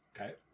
Okay